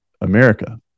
America